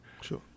Sure